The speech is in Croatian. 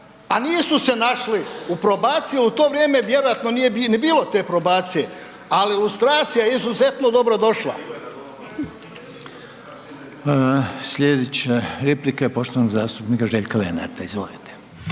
a nisu se našli u probaciji jer u to vrijeme vjerojatno nije ni bilo te probacije, ali u stranici je izuzetno dobro došla. **Reiner, Željko (HDZ)** Slijedeća replika je poštovanog zastupnika Željka Lenarta. Izvolite.